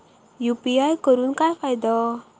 UPI करून काय फायदो?